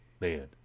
man